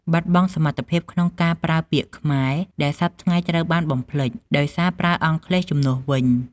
បាត់បង់សមត្ថភាពក្នុងការប្រើពាក្យខ្មែរដែលសព្វថ្ងៃត្រូវបានបំភ្លេច ដោយសារប្រើអង់គ្លេសជំនួសវិញ។